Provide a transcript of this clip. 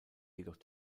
jedoch